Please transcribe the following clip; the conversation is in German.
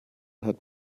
hat